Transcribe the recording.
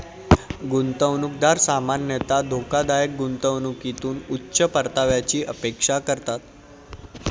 गुंतवणूकदार सामान्यतः धोकादायक गुंतवणुकीतून उच्च परताव्याची अपेक्षा करतात